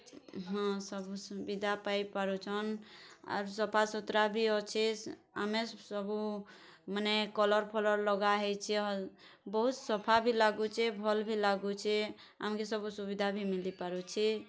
ହଁ ସବୁ ସୁବିଧା ପାଇପାରୁଛନ୍ ଆର୍ ସଫା ସୁତ୍ରା ଭି ଅଛେ ଆମେ ସବୁ ମାନେ କଲର୍ ଫଲର୍ ଲଗାହେଇଛେ ବହୁତ୍ ସଫା ଭି ଲାଗୁଛେ ଭଲ୍ ଭି ଲାଗୁଛେ ଆମ୍କେ ସବୁ ସୁବିଧା ଭି ମିଲିପାରୁଛେ